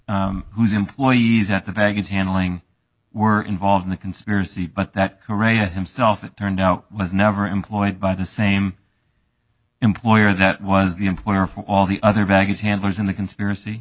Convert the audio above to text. was whose employees at the baggage handling were involved in the conspiracy but that correia himself it turned out was never employed by the same employer that was the employer for all the other baggage handlers in the conspiracy